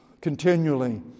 continually